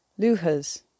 luhas